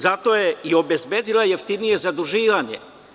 Zato je i obezbedila jeftinije zaduživanje.